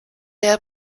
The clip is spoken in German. der